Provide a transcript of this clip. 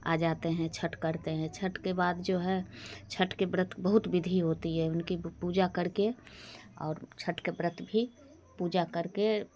आ जाते हैं छत्त करते हैं छत्त के बाद जो है छत्त व्रत बहुत विधि होती है उनकी पूजा कर के और छत्त का व्रत भी पूजा कर के